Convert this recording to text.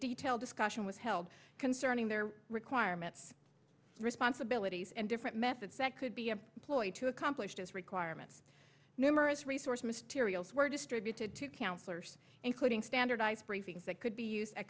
detailed discussion was held concerning their requirements responsibilities and different methods that could be a ploy to accomplish those requirements numerous resource mysterious were distributed to counselors including standardized briefings that could be used